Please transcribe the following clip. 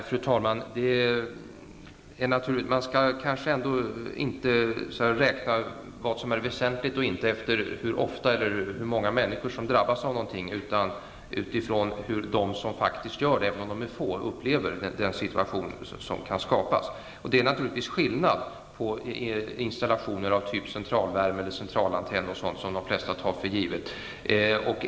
Fru talman! Man skall kanske inte betrakta något som väsentligt eller inte efter hur ofta någon drabbas eller hur många människor det är som drabbas, utan det skall man göra utifrån hur de som faktiskt drabbas -- även om de är få -- upplever den situation som kan uppstå. Det är naturligtvis skillnad när det gäller installationer av centralantenn och centralvärme, sådant som de flesta tar för givet.